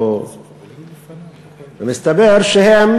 ומסתבר שהם